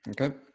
Okay